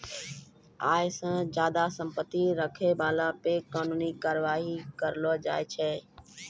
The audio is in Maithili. आय से ज्यादा संपत्ति रखै बाला पे कानूनी कारबाइ करलो जाय छै